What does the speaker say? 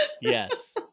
Yes